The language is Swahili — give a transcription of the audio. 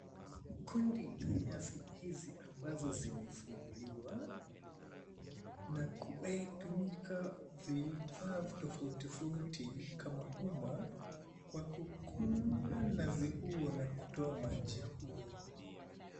Kundi la nazi hizi ambazo zimefunguliwa na kutumika vifaa tofauti tofauti kama uma kwa kukula nazi huo la kutoa maji huo.